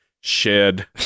shed